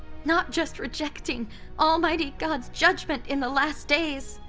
not just rejecting almighty god's judgment in the last days,